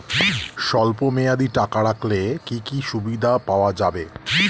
স্বল্পমেয়াদী টাকা রাখলে কি কি সুযোগ সুবিধা পাওয়া যাবে?